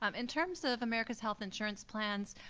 um in terms of america's health insurance plans,